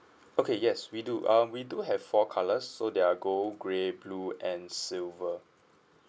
okay yes we do uh we do have four colours so they're gold grey blue and silver